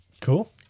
Cool